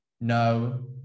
No